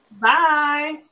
bye